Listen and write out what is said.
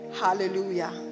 Hallelujah